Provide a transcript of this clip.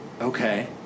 Okay